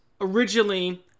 originally